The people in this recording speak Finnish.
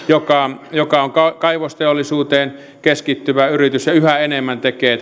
joka joka on kaivosteollisuuteen keskittyvä yritys ja yhä enemmän tekee